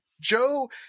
Joe